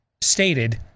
stated